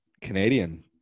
Canadian